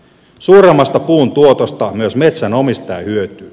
suuremmasta puun tuotosta myös metsänomistaja hyötyy